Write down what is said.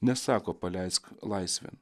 nesako paleisk laisvėn